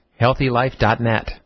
Healthylife.net